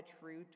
true